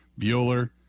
Bueller